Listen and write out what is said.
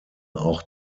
auch